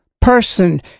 person